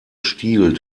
stil